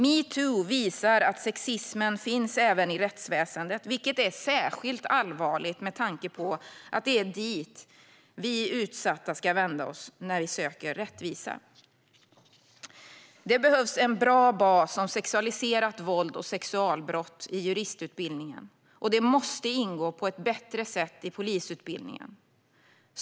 Metoo visar att sexismen finns även i rättsväsendet, vilket är särskilt allvarligt med tanke på att det är dit vi utsatta ska vända oss för att söka rättvisa. Det behövs en bra bas om sexualiserat våld och sexualbrott i juristutbildningen, och det måste ingå på ett bättre sätt i polisutbildningen.